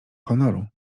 honoru